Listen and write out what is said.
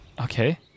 Okay